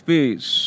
Peace